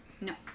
No